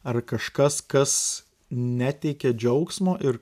ar kažkas kas neteikia džiaugsmo ir